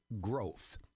growth